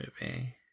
movie